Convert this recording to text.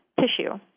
tissue